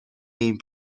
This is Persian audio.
این